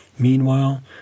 Meanwhile